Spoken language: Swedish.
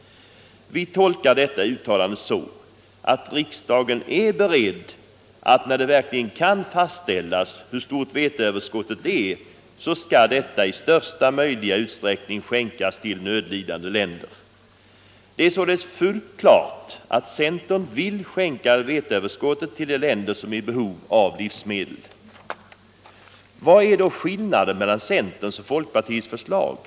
Vi tolkar detta uttalande så, att riksdagen är beredd att, när det verkligen kan fastställas hur stort veteöverskottet är, detta i största möjliga utsträckning skall skänkas till nödlidande länder. Det är således fullt klart att centern vill skänka veteöverskottet till de länder som är i behov av livsmedel. Vilken är då skillnaden mellan centerns och folkpartiets förslag?